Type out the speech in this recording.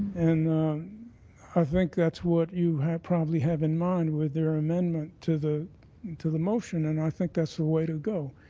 and i think that's what you probably have in mind with their amendment to the to the motion and i think that's the way to go.